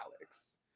Alex